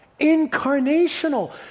incarnational